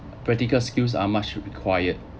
practical skills are much required